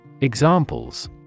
Examples